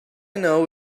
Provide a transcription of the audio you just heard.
know